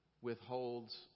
withholds